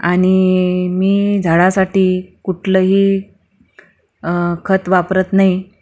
आणि मी झाडासाठी कुठलंही खत वापरत नाही